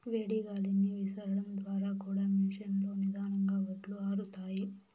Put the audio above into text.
వేడి గాలిని విసరడం ద్వారా కూడా మెషీన్ లో నిదానంగా వడ్లు ఆరుతాయి